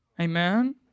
Amen